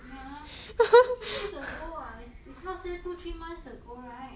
ya two three weeks ago what is not say two three months ago right